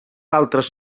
altres